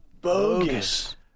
Bogus